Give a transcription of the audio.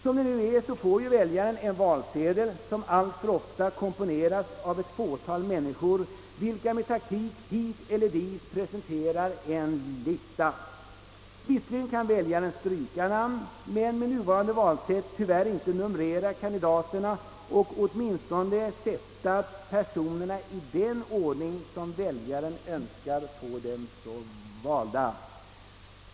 Som det nu är får väljaren en valsedel som alltför ofta komponerats med taktik hit eller dit av ett fåtal människor. Visserligen kan väljaren stryka namn men med nuvarande valsätt tyvärr inte numrera kandidaterna eller ens sätta personerna i den ordning han önskar få dem valda.